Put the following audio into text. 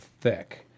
thick